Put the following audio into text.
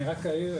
אני רק אעיר,